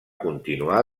continuar